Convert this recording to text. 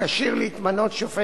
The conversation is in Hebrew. הכשיר להתמנות לשופט